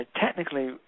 Technically